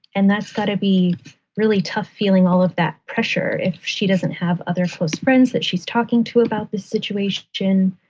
and that's got to be really tough feeling all of that pressure if she doesn't have other close friends that she's talking to about the situation.